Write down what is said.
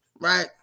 right